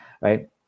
right